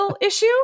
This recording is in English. issue